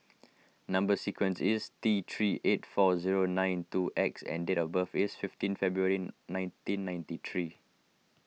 Number Sequence is T three eight four zero nine two X and date of birth is fifteen February nineteen ninety three